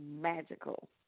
magical